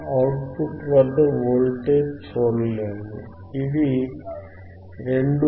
కానీ output వద్ద voltage చూడలేము ఇది 2